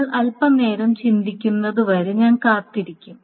നിങ്ങൾ അൽപനേരം ചിന്തിക്കുന്നതുവരെ ഞാൻ കാത്തിരിക്കും